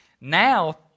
Now